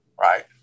right